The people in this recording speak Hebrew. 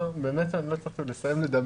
לא נתתם לי לסיים לדבר.